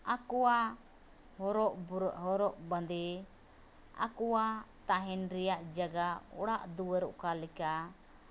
ᱟᱠᱚᱣᱟᱜ ᱦᱚᱨᱚᱜ ᱵᱟᱸᱫᱮ ᱟᱠᱚᱣᱟᱜ ᱛᱟᱦᱮᱱ ᱨᱮᱭᱟᱜ ᱡᱟᱜᱟ ᱚᱲᱟᱜᱼᱫᱩᱣᱟᱹᱨ ᱚᱠᱟᱞᱮᱠᱟ